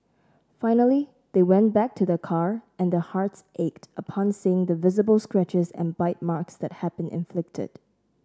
finally they went back to their car and their hearts ached upon seeing the visible scratches and bite marks that had been inflicted